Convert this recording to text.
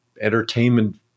entertainment